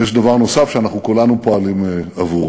יש דבר נוסף שאנחנו כולנו פועלים עבורו,